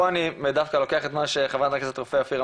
פה אני לוקח את מה שאמרה חברת הכנסת רופא-אופיר.